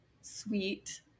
sweet